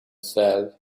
said